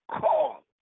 call